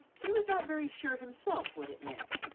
he was not very sure himself what it meant.